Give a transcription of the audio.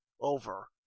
over